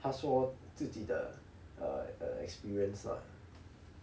她说自己的 uh experience ah